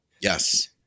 Yes